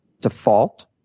default